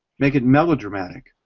make it melodramatic.